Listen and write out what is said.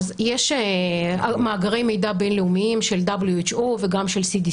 יש מאגרי מידע בין לאומיים של WHO וגם של CDC